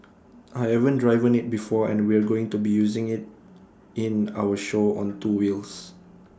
I haven't driven IT before and we're going to be using IT in our show on two wheels